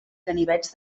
ganivets